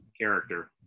character